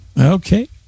Okay